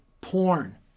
porn